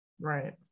Right